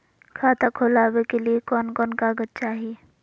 खाता खोलाबे के लिए कौन कौन कागज चाही?